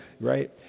right